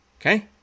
Okay